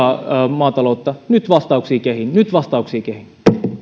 maataloutta nyt vastauksia kehiin nyt vastauksia kehiin